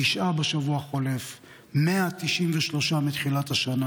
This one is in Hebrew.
תשעה בשבוע החולף, 193 מתחילת השנה.